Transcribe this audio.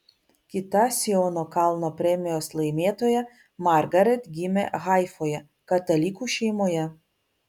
kita siono kalno premijos laimėtoja margaret gimė haifoje katalikų šeimoje